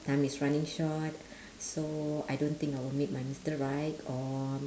time is running short so I don't think I will meet my mister right or